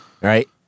right